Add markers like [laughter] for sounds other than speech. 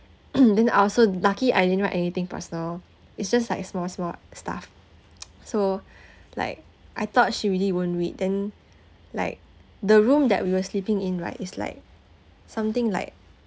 [coughs] and then I also lucky I didn't write anything personal it's just like small small stuff [noise] so [breath] like I thought she really won't read then like the room that we were sleeping in right it's like something like